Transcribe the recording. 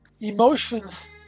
emotions